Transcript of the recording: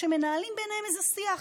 שמנהלים ביניהם איזה שיח,